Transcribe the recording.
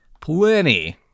plenty